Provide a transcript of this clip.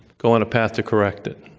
go on a path to correct it.